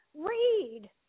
read